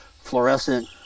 fluorescent